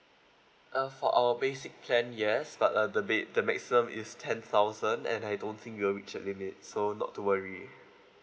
uh for our basic plan yes but uh the ba~ the maximum is ten thousand and I don't think it will reach the limit so not to worry